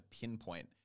pinpoint